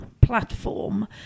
platform